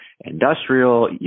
industrial